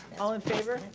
all in favor?